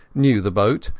knew the boat,